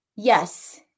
Yes